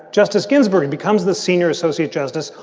justice ginsburg becomes the senior associate justice.